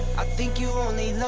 i think you,